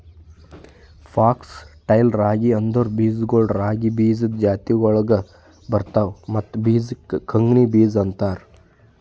fox tail ರಾಗಿ ಅಂದುರ್ ಬೀಜಗೊಳ್ ರಾಗಿ ಬೀಜದ್ ಜಾತಿಗೊಳ್ದಾಗ್ ಬರ್ತವ್ ಮತ್ತ ಬೀಜಕ್ ಕಂಗ್ನಿ ಬೀಜ ಅಂತಾರ್